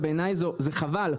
ובעיניי זה חבל,